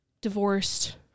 divorced